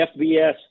FBS